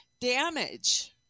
damage